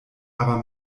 aber